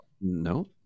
No